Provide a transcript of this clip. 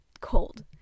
Cold